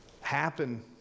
happen